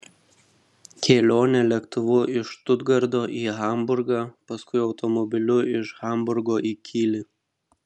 kelionė lėktuvu iš štutgarto į hamburgą paskui automobiliu iš hamburgo į kylį